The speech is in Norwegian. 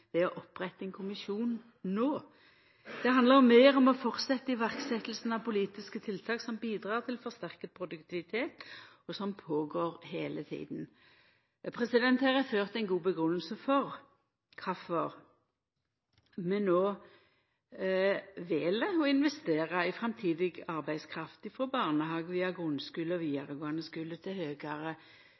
ved å opprette en kommisjon nå. Det handler mer om å fortsette iverksettelsen av politiske tiltak som bidrar til forsterket produktivitet, og som pågår hele tiden.» Her er det ført ei god grunngjeving for kvifor vi no vel å investera i framtidig arbeidskraft, frå barnehage, via grunnskule og vidaregåande skule, til